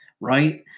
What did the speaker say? right